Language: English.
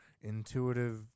intuitive